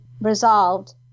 resolved